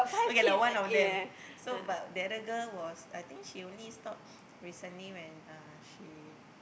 okay like one of them so but the other girl was I think she only stop recently when uh she